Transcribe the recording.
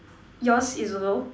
yours is also